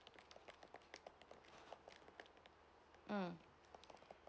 mm